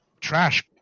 trash